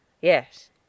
Yes